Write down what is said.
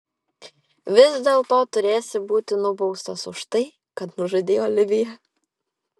vis dėlto turėsi būti nubaustas už tai kad nužudei oliviją